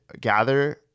gather